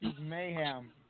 Mayhem